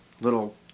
little